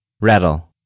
Rattle